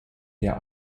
der